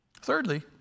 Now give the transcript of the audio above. Thirdly